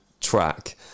track